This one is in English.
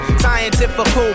scientific